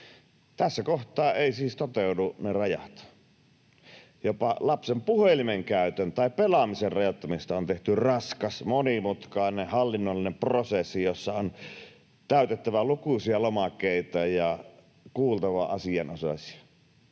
Tässä kohtaa eivät siis toteudu ne rajat. Jopa lapsen puhelimen käytön tai pelaamisen rajoittamisesta on tehty raskas, monimutkainen, hallinnollinen prosessi, jossa on täytettävä lukuisia lomakkeita ja kuultava asianosaisia.